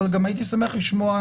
אבל גם הייתי שמח לשמוע